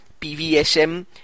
PVSM